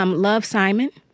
um love, simon.